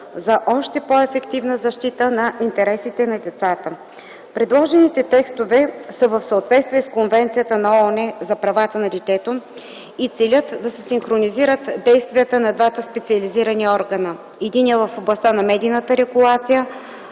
за още по-ефективна защита на интересите на децата. Предложените текстове са в съответствие с Конвенцията на ООН за правата на детето и целят да се синхронизират действията на двата специализирани органа: единия в областта на медийната регулация